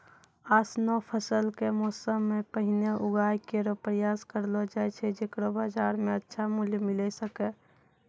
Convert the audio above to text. ऑसनो फसल क मौसम सें पहिने उगाय केरो प्रयास करलो जाय छै जेकरो बाजार म अच्छा मूल्य मिले सके